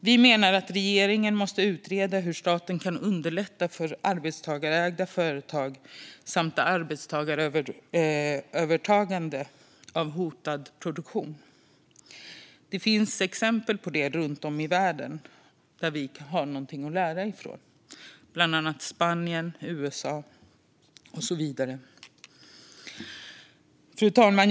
Vi menar att regeringen måste utreda hur staten kan underlätta för arbetstagarägda företag samt arbetstagarövertagande av hotad produktion. Det finns exempel på det runt om i världen, som vi har något att lära av, bland annat i Spanien och USA. Fru talman!